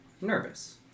nervous